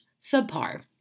subpar